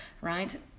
right